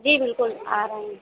जी बिल्कुल आ रहे हैं